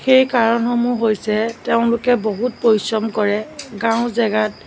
এই কাৰণসমূহ হৈছে তেওঁলোকে বহুত পৰিশ্ৰম কৰে গাঁৱৰ জেগাত